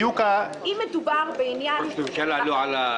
ראש ממשלה לא על סדר-היום הציבורי?